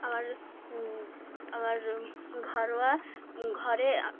আবার আবার ঘরোয়া ঘরে